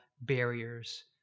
barriers